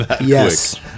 Yes